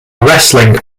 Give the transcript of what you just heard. wrestling